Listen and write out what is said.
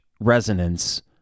resonance